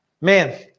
Man